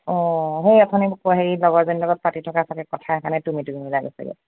অঁ সেই অথনি হেৰি লগৰজনী লগত পাতি থকা চাগে কথা সেইকাৰণে তুমি তুমি ওলাই গৈছেগৈ